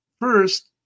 First